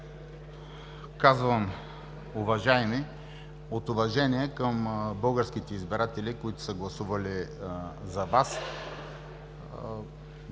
Казвам „уважаеми“ от уважение към българските избиратели, които са гласували за Вас